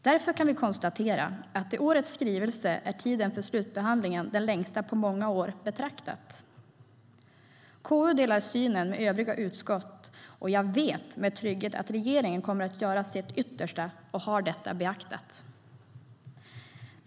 Därför kan vi konstatera att i årets skrivelse är tiden för slutbehandling den längsta på många år betraktat. KU delar synen med övriga utskott, och jag vet med trygghet att regeringen kommer att göra sitt yttersta och har detta beaktat.